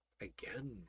Again